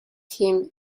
him